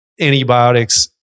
antibiotics